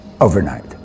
overnight